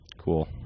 Cool